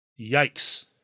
yikes